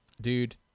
Dude